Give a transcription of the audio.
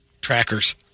trackers